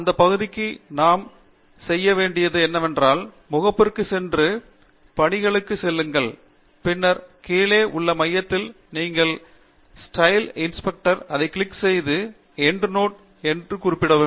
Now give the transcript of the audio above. அந்த பகுதிக்கு நாம் செய்ய வேண்டியது என்னவென்றால் முகப்புக்குச் சென்று பனிகளுக்குச் செல்லுங்கள் பின்னர் கீழே உள்ள மையத்தில் நீங்கள் ஸ்டைல் இன்ஸ்பெக்டர் அதை கிளிக் செய்து எண்ட் நோட் குறிப்பு முன்னிலைப்படுத்தவும்